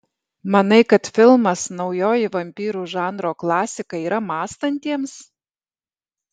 manai kad filmas naujoji vampyrų žanro klasika yra mąstantiems